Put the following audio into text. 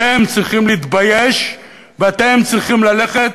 אתם צריכים להתבייש, ואתם צריכים ללכת